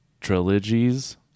trilogies